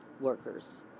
workers